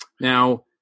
now